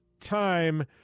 time